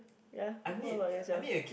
ya what about yourself